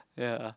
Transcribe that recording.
ya